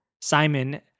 Simon